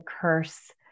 Curse